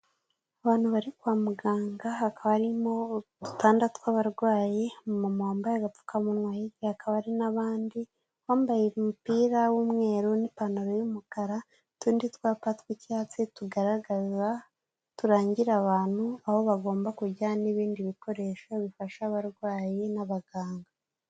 Abantu bari kwa muganga hakaba harimo udutanda tw'abarwayi, umumama wambaye agapfukamunwa hirya hakaba hari n'abandi bambaye umupira w'umweru n'ipantaro y'umukara n'utundi twapa tw'icyatsi tugaragaza turangira abantu aho bagomba kujya n'ibindi bikoresho bifasha abarwayi n'abaganga.